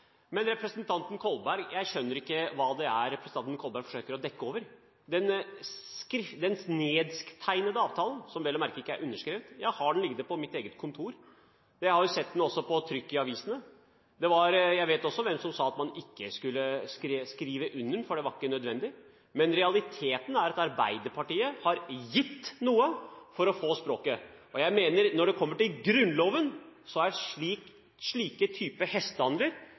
Men jeg skjønner ikke hva det er representanten Kolberg forsøker å dekke over. Den nedtegnede avtalen, som vel å merke ikke er underskrevet, har jeg liggende på mitt eget kontor. Jeg har også sett den på trykk i avisene. Jeg vet også hvem som sa at man ikke skulle skrive under, for det var ikke nødvendig. Men realiteten er at Arbeiderpartiet har gitt noe for å få språket. Jeg mener at når det kommer til Grunnloven, er slike typer hestehandler